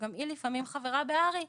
שגם היא לפעמים חברה בהר"י.